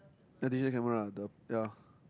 the digital camera ah the the